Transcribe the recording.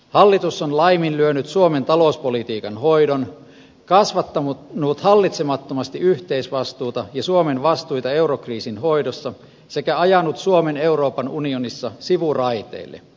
hallitus on laiminlyönyt suomen talouspolitiikan hoidon kasvattanut hallitsemattomasti yhteisvastuuta ja suomen vastuita eurokriisin hoidossa sekä ajanut suomen euroopan unionissa sivuraiteille